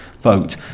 vote